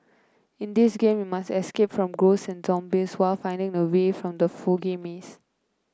in this game you must escape from ghosts and zombies while finding the way from the foggy maze